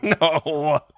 No